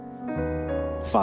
Father